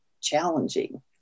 challenging